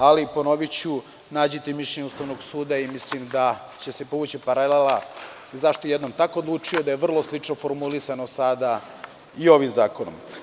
Ali ponoviću, nađite mišljenje Ustavnog suda, mislim da će se povući paralela zašto je jednom tako odlučio, da je vrlo slično formulisano sada i ovim zakonom.